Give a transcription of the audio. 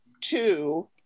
two